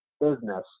business